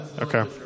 Okay